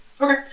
Okay